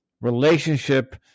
relationship